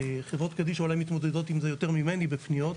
חברות קדישא אולי מתמודדות עם זה יותר ממני בפניות,